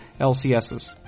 LCSs